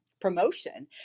promotion